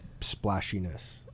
splashiness